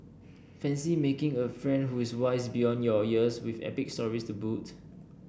fancy making a friend who is wise beyond your years with epic stories to boot